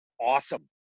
awesome